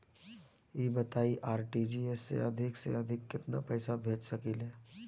ई बताईं आर.टी.जी.एस से अधिक से अधिक केतना पइसा भेज सकिले?